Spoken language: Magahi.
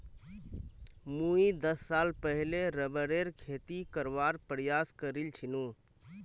मुई दस साल पहले रबरेर खेती करवार प्रयास करील छिनु